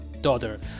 daughter